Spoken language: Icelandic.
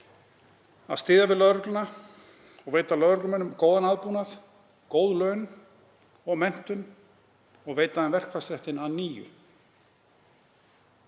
að styðja við lögregluna og veita lögreglumönnum góðan aðbúnað, góð laun og menntun og veita þeim verkfallsréttinn að nýju.